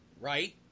Right